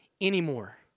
anymore